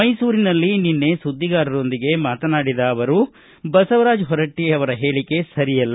ಮೈಸೂರಿನಲ್ಲಿ ನಿನ್ನೆ ಸುದ್ಗಿಗಾರರೊಂದಿಗೆ ಮಾತನಾಡಿದ ಅವರು ಬಸವರಾಜ ಹೊರಟ್ನ ಹೇಳಿಕೆ ಸರಿಯಲ್ಲ